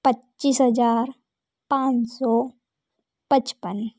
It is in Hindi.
पच्चीस हज़ार पाँच सौ पचपन